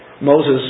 Moses